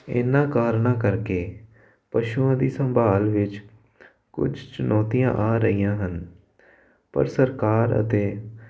ਇਹਨਾਂ ਕਾਰਨਾਂ ਕਰਕੇ ਪਸ਼ੂਆਂ ਦੀ ਸੰਭਾਲ ਵਿੱਚ ਕੁਝ ਚੁਣੌਤੀਆਂ ਆ ਰਹੀਆਂ ਹਨ ਪਰ ਸਰਕਾਰ ਅਤੇ